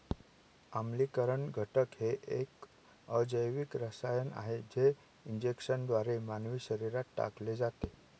आम्लीकरण घटक हे एक अजैविक रसायन आहे जे इंजेक्शनद्वारे मानवी शरीरात टाकले जाते